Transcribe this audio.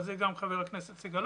אבל זה גם אמר חבר הכנסת סגלוביץ',